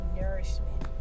nourishment